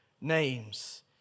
Names